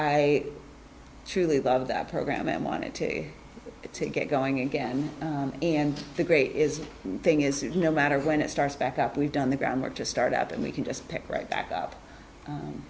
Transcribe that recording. i truly love that program and wanted to get going again and the great is one thing is no matter when it starts back up we've done the groundwork to start up and we can just pick right back up